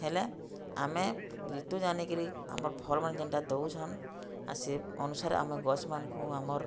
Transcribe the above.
ହେଲେ ଆମେ ଋତୁ ଜାନିକିରି ଆମର୍ ଫଲ୍ମାନେ ଯେନ୍ଟା ଦଉଛନ୍ ଆ ସେ ଅନୁସାରେ ଆମେ ଗଛ୍ମାନଙ୍କୁ ଆମର୍